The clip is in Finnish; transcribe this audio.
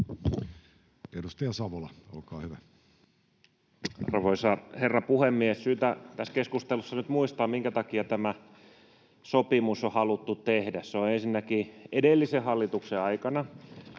Edustaja Savola, olkaa hyvä. Arvoisa herra puhemies! Tässä keskustelussa on nyt syytä muistaa, minkä takia tämä sopimus on haluttu tehdä. Se on ensinnäkin edellisen hallituksen aikana